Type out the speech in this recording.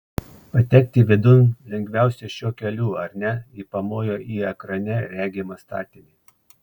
patekti vidun lengviausia šiuo keliu ar ne ji pamojo į ekrane regimą statinį